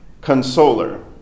consoler